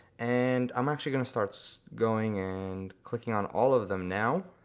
and i'm actually gonna start so going and clicking on all of them now.